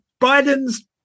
Biden's